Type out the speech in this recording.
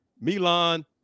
Milan